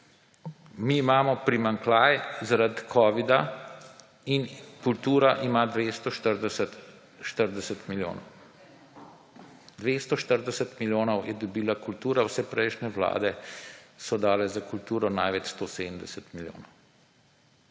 Mi imamo primanjkljaj zaradi covida in kultura ima 240 milijonov. 240 milijonov je dobila kultura. Vse prejšnje vlade so dale za kulturo največ 170 milijonov.